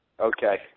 Okay